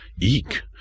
eek